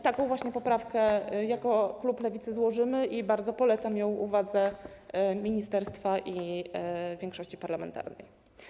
Taką właśnie poprawkę jako klub Lewicy złożymy i bardzo polecam ją uwadze ministerstwa i większości parlamentarnej.